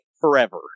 forever